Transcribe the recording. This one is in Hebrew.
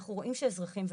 אנחנו רואים שאזרחים ותיקים,